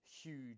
huge